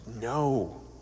no